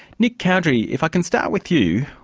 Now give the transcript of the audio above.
nick cowdery, if i can start with you.